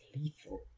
lethal